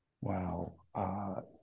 Wow